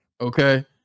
okay